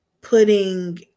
putting